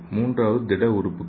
மூன்றாவது திட உறுப்புகள்